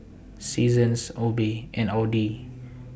Seasons Obey and Audi